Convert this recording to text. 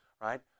right